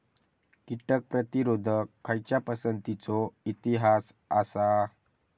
कीटक प्रतिरोधक खयच्या पसंतीचो इतिहास आसा?